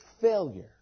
failure